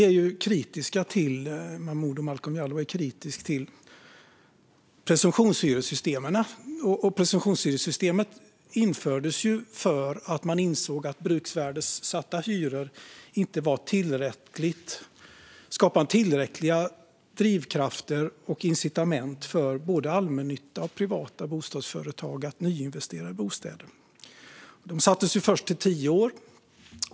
Momodou Malcolm Jallow är kritisk till presumtionshyressystemen. Presumtionshyressystemet infördes för att man insåg att bruksvärdessatta hyror inte skapade tillräckliga drivkrafter och incitament för både allmännyttan och privata bostadsföretag att nyinvestera i bostäder. Presumtionen sattes först till 10 år.